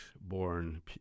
born